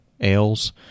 ales